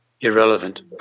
irrelevant